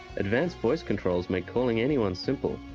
advanced voice controls make calling anyone simple.